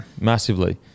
Massively